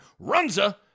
Runza